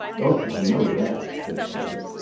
oh i know that! said strether.